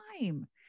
time